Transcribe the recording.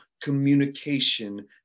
communication